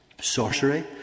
sorcery